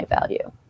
value